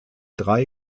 drei